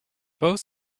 both